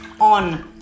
on